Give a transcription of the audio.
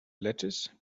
lettuce